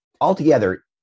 Altogether